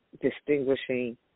distinguishing